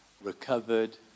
recovered